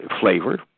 flavor